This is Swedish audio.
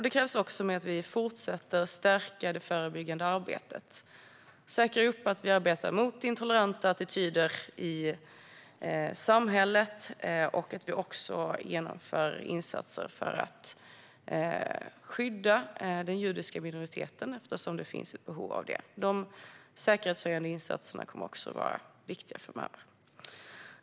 Det krävs också att vi fortsätter att stärka det förebyggandet arbetet, säkrar att vi arbetar mot intoleranta attityder i samhället och genomför insatser för att skydda den judiska minoriteten, eftersom det finns ett behov av det. De säkerhetshöjande insatserna kommer också att vara viktiga framöver.